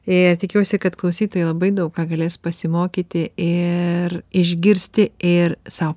ir tikiuosi kad klausytojai labai daug ką galės pasimokyti ir išgirsti ir sau